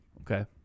Okay